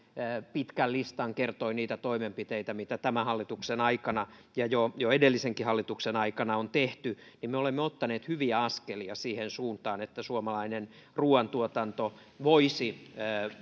pitkän listan kertoi niitä toimenpiteitä mitä tämän hallituksen aikana ja jo edellisenkin hallituksen aikana on tehty niin me olemme ottaneet hyviä askelia siihen suuntaan että suomalainen ruuantuotanto voisi